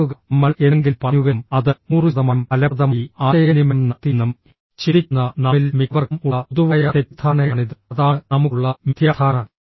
ഓർക്കുക നമ്മൾ എന്തെങ്കിലും പറഞ്ഞുവെന്നും അത് 100 ശതമാനം ഫലപ്രദമായി ആശയവിനിമയം നടത്തിയെന്നും ചിന്തിക്കുന്ന നമ്മിൽ മിക്കവർക്കും ഉള്ള പൊതുവായ തെറ്റിദ്ധാരണയാണിത് അതാണ് നമുക്ക് ഉള്ള മിഥ്യാധാരണ